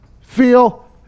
feel